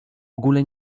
ogóle